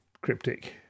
cryptic